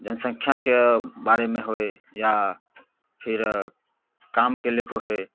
जनसख्याके बारेमे होइ या फेर कामके लऽ कऽ होइ